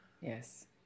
Yes